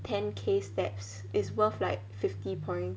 ten K steps is worth like fifty point